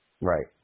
Right